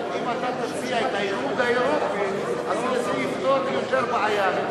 אז אם אתה תציע את האיחוד האירופי זה יפתור את הבעיה.